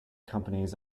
companies